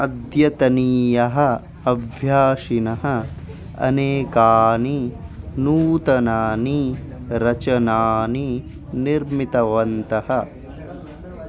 अद्यतनीयः अभ्यासः अनेकानि नूतनानि रचनानि निर्मितवन्तः